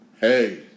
hey